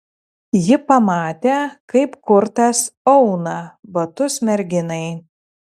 ji pamatė kaip kurtas auna batus merginai